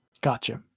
Gotcha